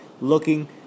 looking